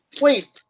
Wait